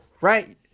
right